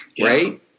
right